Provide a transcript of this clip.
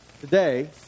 today